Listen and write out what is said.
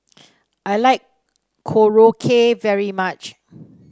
I like Korokke very much